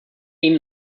ihnen